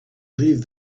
leave